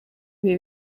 bihe